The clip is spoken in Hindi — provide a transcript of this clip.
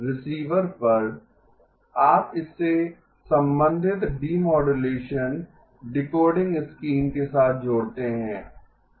रिसीवर पर आप इसे संबंधित डीमोडुलेशन डिकोडिंग स्कीम के साथ जोड़ते हैं